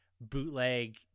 bootleg